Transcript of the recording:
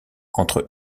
entre